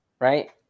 right